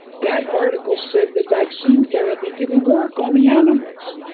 that article said that vaccine therapy didn't work on the animals,